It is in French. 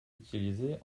utilisées